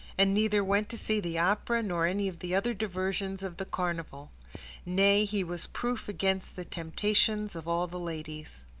and neither went to see the opera, nor any of the other diversions of the carnival nay, he was proof against the temptations of all the ladies.